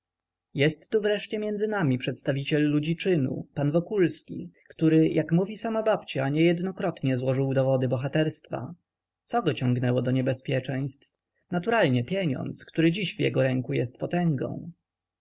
jest tu wreszcie między nami przedstawiciel ludzi czynu pan wokulski który jak mówi sama babcia niejednokrotnie złożył dowody bohaterstwa co go ciągnęło do niebezpieczeństw naturalnie pieniądz który dziś w jego ręku jest potęgą